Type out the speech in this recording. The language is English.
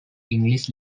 english